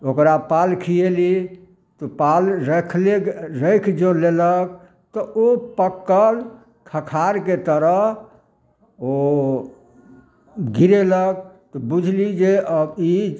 ओकरा पाल खियेली ओ पाल रखले रखि जँ लेलक तऽ ओ पक्कल खखार के तरह ओ गिरेलक तऽ बुझली जे अ ई